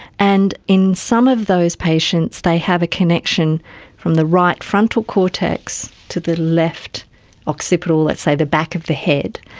and in some of those patients they have a connection from the right frontal cortex to the left occipital, let's say the back of the head,